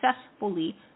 successfully